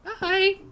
Bye